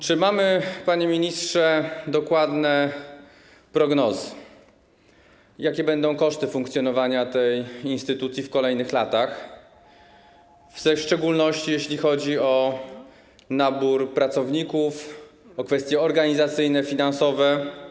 Czy mamy, panie ministrze, dokładne prognozy, jakie będą koszty funkcjonowania tej instytucji w kolejnych latach, w szczególności jeśli chodzi o nabór pracowników, o kwestie organizacyjne, finansowe?